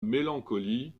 mélancolie